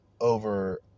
over